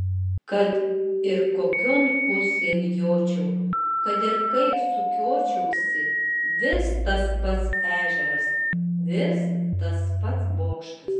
kad ir kurion pusėn jočiau kad ir kaip sukiočiausi vis tas pats ežeras vis tas pats bokštas